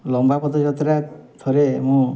ଲମ୍ବା ପଦଯାତ୍ରା ଥରେ ମୁଁ